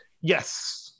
Yes